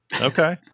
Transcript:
Okay